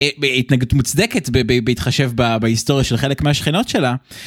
התנגדות מוצדקת בהתחשב בהיסטוריה של חלק מהשכנות שלה.